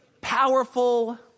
powerful